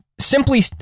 Simply